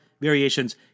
variations